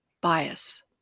bias